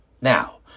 Now